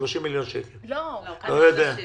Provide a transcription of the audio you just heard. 30 מיליון שקל אבל לא יודע כמה אנשים.